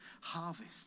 harvest